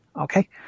okay